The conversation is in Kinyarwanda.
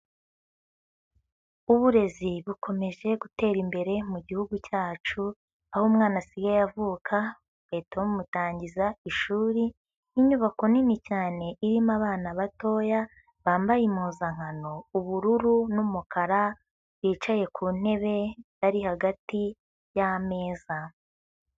Uburezi bukomeje gutera imbere mu gihugu cyacu aho umwana asigaye avuka bagahita bamutangiza ishuri nk'inyubako nini cyane irimo abana batoya bambaye impuzankano ubururu n'umukara bicaye ku ntebe bari hagati yameza.